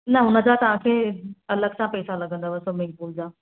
न हुनजा तव्हांखे अलगि सां पेसा लगंदव स्विमिंगपूल जा